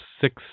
six